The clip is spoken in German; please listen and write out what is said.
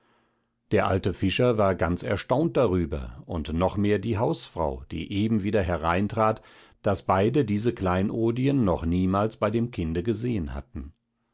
der alte fischer war ganz erstaunt darüber und noch mehr die hausfrau die eben wieder hereintrat daß beide diese kleinodien noch niemals bei dem kinde gesehn hatten